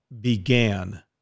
began